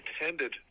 intended